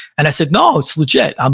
and i said, no, it's legit. um